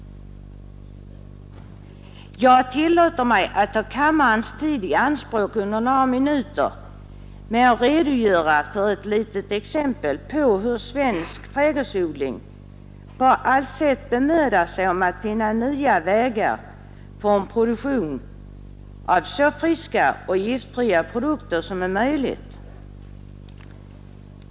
Jag tillåter mig att ta kammarens tid i anspråk under några minuter med att redogöra för ett litet exempel på hur svensk trädgårdsodling på allt sätt bemödar sig om att finna nya vägar för produktion av så friska och giftfria produkter som möjligt.